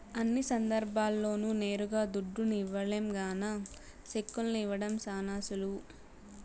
అన్ని సందర్భాల్ల్లోనూ నేరుగా దుడ్డుని ఇవ్వలేం గాన సెక్కుల్ని ఇవ్వడం శానా సులువు